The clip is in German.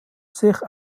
sich